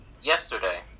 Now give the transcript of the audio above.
yesterday